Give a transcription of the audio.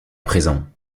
présent